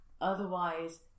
otherwise